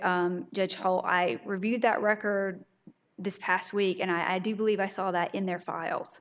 so judge paul i reviewed that record this past week and i do believe i saw that in their files